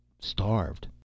Starved